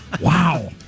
Wow